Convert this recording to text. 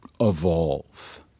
evolve